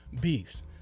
beefs